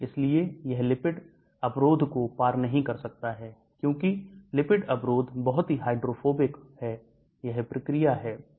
इसलिए यह lipid अवरोध को पार नहीं कर सकता है क्योंकि lipid अवरोध बहुत ही हाइड्रोफोबिक है यह प्रक्रिया है